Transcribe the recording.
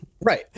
Right